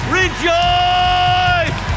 rejoice